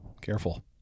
Careful